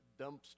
dumpster